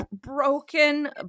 broken